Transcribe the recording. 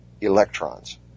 electrons